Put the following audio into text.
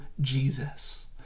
Jesus